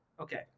Okay